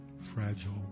fragile